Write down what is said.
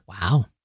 Wow